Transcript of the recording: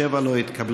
הסתייגות 7 לא התקבלה.